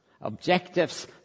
Objectives